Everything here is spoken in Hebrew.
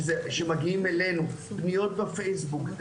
מגיעים אלינו פניות בפייסבוק.